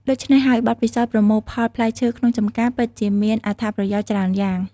ដូច្នេះហើយ បទពិសោធន៍ប្រមូលផលផ្លែឈើក្នុងចម្ការពិតជាមានអត្ថប្រយោជន៍ច្រើនយ៉ាង។